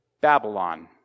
Babylon